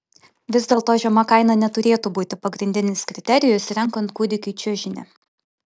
vis dėlto žema kaina neturėtų būti pagrindinis kriterijus renkant kūdikiui čiužinį